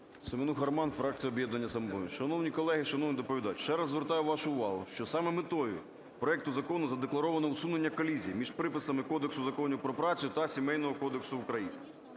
Семенуха Роман, фракція "Об'єднання "Самопоміч". Шановні колеги, шановний доповідач, ще раз звертаю вашу увагу, що саме метою проекту закону задекларовано усунення колізій між приписами Кодексу законів про працю та Сімейного кодексу України.